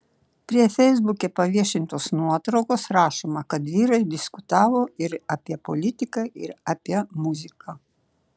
prie feisbuke paviešintos nuotraukos rašoma kad vyrai diskutavo ir apie politiką ir apie muziką